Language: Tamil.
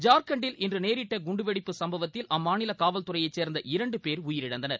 ஜார்கண்டில் இன்றுநேரிட்டகுண்டுவெடிப்பு சம்பவத்தில் அம்மாநிலகாவல்துறையைச் சே்ந்த இரண்டுபேர் உயிரிழந்தனர்